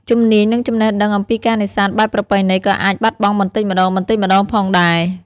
ជំនាញ និងចំណេះដឹងអំពីការនេសាទបែបប្រពៃណីក៏អាចបាត់បង់បន្តិចម្តងៗផងដែរ។